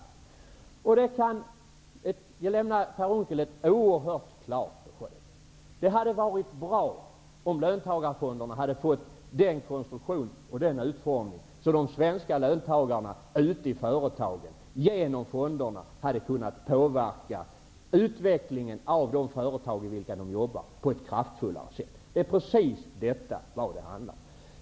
Jag kan lämna Per Unckel ett oerhört klart besked: Det hade varit bra om löntagarfonderna hade fått en sådan konstruktion och utformning att de svenska löntagarna ute i företagen hade kunnat påverka utvecklingen av de företag i vilka de jobbade på ett kraftfullare sätt. Det är precis detta som det handlar om.